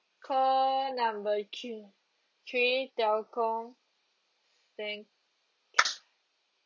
call number three three telco thank